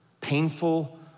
painful